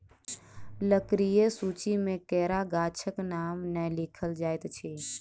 लकड़ीक सूची मे केरा गाछक नाम नै लिखल जाइत अछि